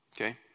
okay